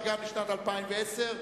אני קובע שסעיף זה אושר גם לשנת 2010,